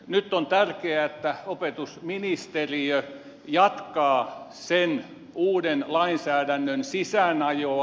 nyt on tärkeää että opetusministeriö jatkaa uuden lainsäädännön sisäänajoa